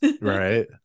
right